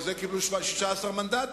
על זה קיבלו 16 מנדטים.